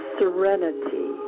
serenity